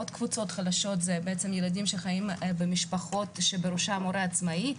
עוד קבוצות חלשות הן ילדים שחיים במשפחות שבראשן הורה עצמאי,